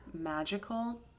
magical